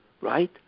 right